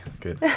good